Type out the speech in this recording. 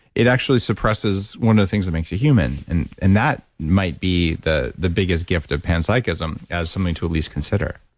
it actually suppresses one of the things that makes you human and and that might be the the biggest gift of panpsychism as something to at least consider.